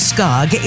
Skog